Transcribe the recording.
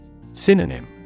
Synonym